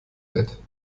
bett